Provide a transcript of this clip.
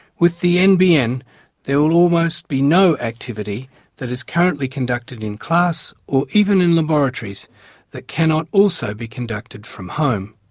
with the nbn there will almost be no activity that is currently conducted in class or even in laboratories that cannot also be conducted from home.